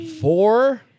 four